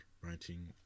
writing